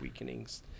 weakenings